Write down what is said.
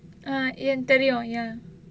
ah ஏந்~ தெரியும்:ent~ theriyum ya